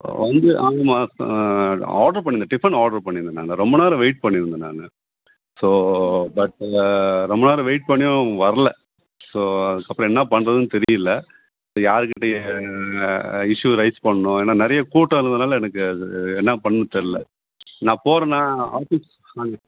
வந்து ஆமாம் ஆர்ட்ரு பண்ணியிருந்தேன் டிஃபன் ஆர்ட்ரு பண்ணியிருந்தேன் நாங்கள் ரொம்ப நேரம் வெயிட் பண்ணியிருந்தேன் நான் ஸோ பட் ரொம்ப நேரம் வெயிட் பண்ணியும் வரல ஸோ அதுக்கப்புறம் என்ன பண்ணுறதுன்னு தெரியலை யார் கிட்டே இஷ்யூ ரைஸ் பண்ணணும் ஏன்னால் நிறைய கூட்டம் இருந்ததுனால் எனக்கு என்ன பண்ணணும் தெரில நான் போகிறேனா ஆஃபிஸ்